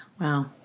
Wow